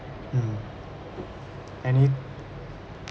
mm any